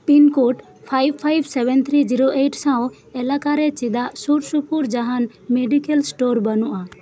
pin code five five seven three zero eight ᱥᱟᱶ ᱮᱞᱟᱠᱟ ᱨᱮ ᱪᱮᱫᱟᱜ ᱥᱩᱨ ᱥᱩᱯᱩᱨ ᱡᱟᱦᱟᱱ ᱢᱮᱰᱤᱠᱮᱞ ᱥᱴᱳᱨ ᱵᱟᱱᱩᱜᱼᱟ